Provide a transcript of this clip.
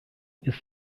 ist